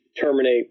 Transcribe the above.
terminate